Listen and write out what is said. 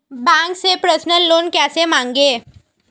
Bank से personal loan कैसे मांगें?